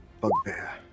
bugbear